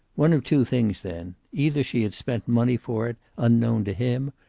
one of two things, then either she had spent money for it, unknown to him,